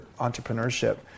entrepreneurship